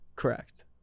correct